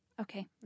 Okay